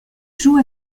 joue